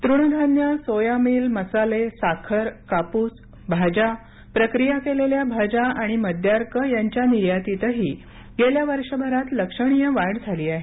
तुणधान्यं soya meal मसाले साखर कापूस भाज्या प्रक्रिया केलेल्या भाज्या आणि मद्यार्क यांच्या निर्यातीतही गेल्या वर्षभरात लक्षणीय वाढ झाली आहे